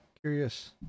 curious